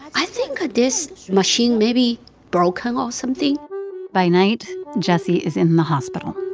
i think this machine may be broken or something by night, jessie is in the hospital.